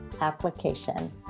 application